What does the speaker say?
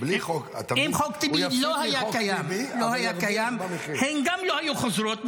--- גם אם חוק טיבי לא היה קיים הן לא היו חוזרות,